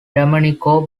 domenico